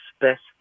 best